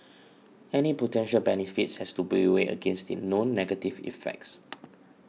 any potential benefits has to be weighed against the known negative effects